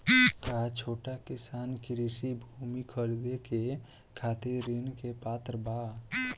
का छोट किसान कृषि भूमि खरीदे के खातिर ऋण के पात्र बा?